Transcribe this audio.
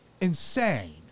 insane